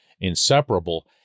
inseparable